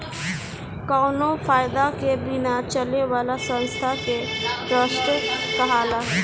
कावनो फायदा के बिना चले वाला संस्था के ट्रस्ट कहाला